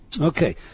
Okay